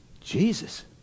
Jesus